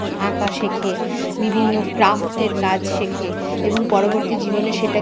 আঁকা শেখে বিভিন্ন ক্রাফ্টের কাজ শেখে এবং পরবর্তী জীবনে সেটাকে